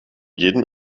jedem